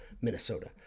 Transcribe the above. Minnesota